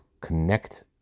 connect